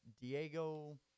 Diego